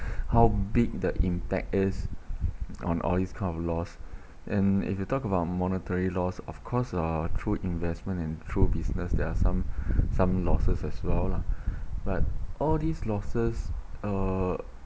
how big the impact is on all these kind of loss and if you talk about monetary loss of course uh through investment and through business there are some some losses as well lah but all these losses uh